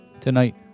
Tonight